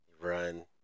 run